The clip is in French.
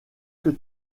que